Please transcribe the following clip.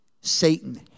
Satan